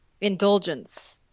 indulgence